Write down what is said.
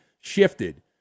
shifted